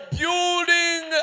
building